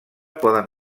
poden